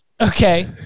Okay